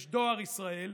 יש דואר ישראל,